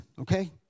okay